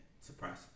Surprise